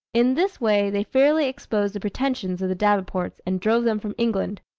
in this way, they fairly exposed the pretensions of the davenports, and drove them from england.